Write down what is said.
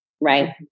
Right